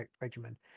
regimen